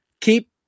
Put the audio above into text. Keep